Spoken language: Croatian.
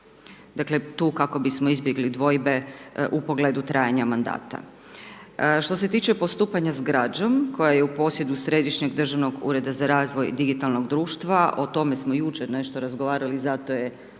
Dakle, tu kako bismo izbjegli dvojbe u pogledu trajanja mandata. Što se tiče postupanja s građom, koja je u posjedu Središnjeg državnog ureda za razvoj digitalnog društva, o tome smo jučer nešto razgovarali, zato je ovo